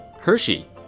Hershey